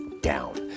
down